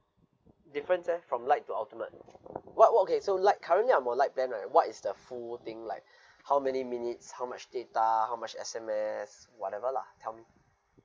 differences from lite to ultimate what what okay so lite currently I'm on lite plan right what is the full thing like how many minutes how much data how much S_M_S whatever lah tell me